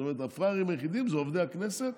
זאת אומרת, הפראיירים היחידים זה עובדי הכנסת